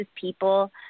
people